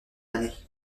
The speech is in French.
année